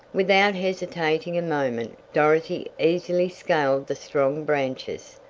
without hesitating a moment, dorothy easily scaled the strong branches,